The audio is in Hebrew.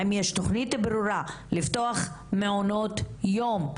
האם יש תכנית ברורה לפתוח מעונות יום,